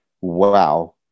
wow